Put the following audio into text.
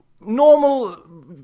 normal